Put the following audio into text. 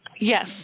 Yes